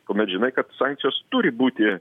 kuomet žinai kad sankcijos turi būti